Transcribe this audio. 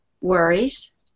worries